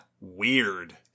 Weird